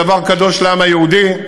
והיא דבר קדוש לעם היהודי,